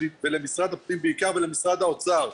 למשרד הפנים בעיקר, ולמשרד האוצר,